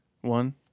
one